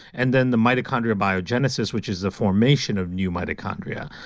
and then the mitochondria biogenesis, which is the formation of new mitochondria.